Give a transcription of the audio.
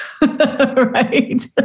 right